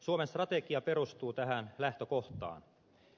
suomen strategia perustuu tähän lähtökohtaan